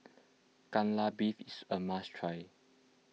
Kai Lan Beef is a must try